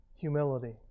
Humility